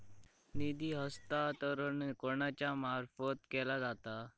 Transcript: निधी हस्तांतरण कोणाच्या मार्फत केला जाता?